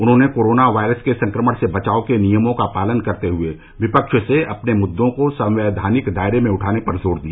उन्होंने corona virus के संक्रमण से बचाव के नियमों का पालन करते हुए विपक्ष से अपने मुद्दों को संवैधानिक दायरे में उठाने पर जोर दिया